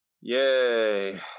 Yay